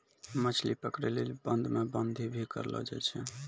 मछली पकड़ै लेली बांध मे बांधी भी करलो जाय छै